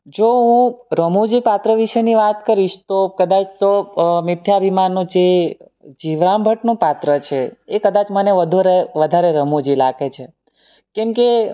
જો હું રમૂજી પાત્ર વિષેની વાત કરીશ તો કદાચ તો મિથ્યાઅભિમાનનો જે જીવરામ ભટ્ટનું પાત્ર છે એ કદાચ મને વધુરે વધારે રમૂજી લાગે છે કેમ કે